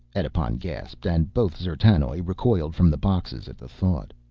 edipon gasped, and both d'zertanoj recoiled from the boxes at the thought.